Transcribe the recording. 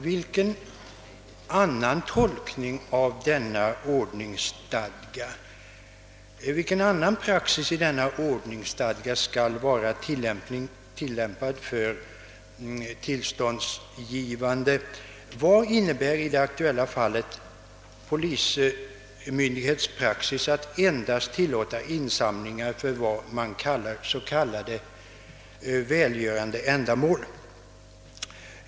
Vilken annan praxis i denna ordningsstadga skall i annat fall tillämpas för tillståndsgivandet? Vad innebär i det aktuella fallet polismyndighets praxis att endast tillåta insamlingar för s.k. välgörande ändamål?